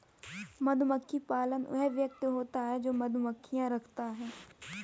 मधुमक्खी पालक वह व्यक्ति होता है जो मधुमक्खियां रखता है